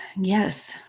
yes